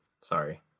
Sorry